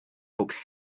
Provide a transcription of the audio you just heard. books